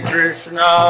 Krishna